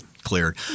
cleared